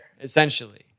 essentially